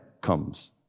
comes